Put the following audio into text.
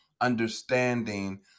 understanding